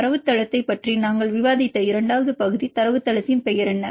தரவுத்தளத்தைப் பற்றி நாங்கள் விவாதித்த இரண்டாவது பகுதி தரவுத்தளத்தின் பெயர் என்ன